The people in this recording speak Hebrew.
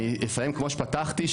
אני אסיים כמו שפתחתי,